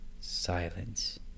Silence